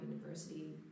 University